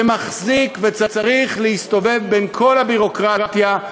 שמחזיק וצריך להסתובב בכל הביורוקרטיה,